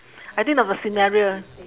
I think of a scenario